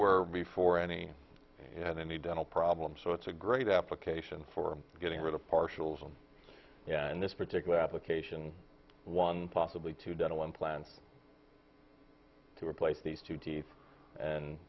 were before any and any dental problems so it's a great application for getting rid of partials and in this particular application one possibly two dental implants to replace these two teeth and